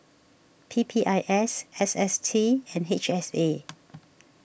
P P I S S S T and H S A